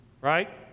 Right